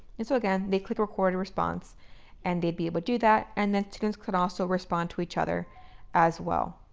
and so, again, they click record response and they'd be able to do that. and the students could also respond to each other as well.